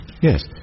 yes